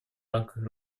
рамках